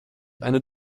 eine